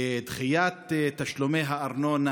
דחיית תשלומי הארנונה,